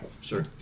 Sure